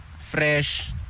fresh